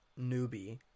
newbie